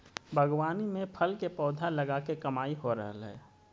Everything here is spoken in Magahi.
बागवानी में फल के पौधा लगा के कमाई हो रहल हई